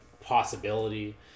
possibility